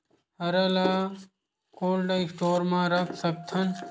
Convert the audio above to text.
हरा ल cold store म रख सकथन?